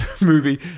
movie